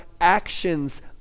actions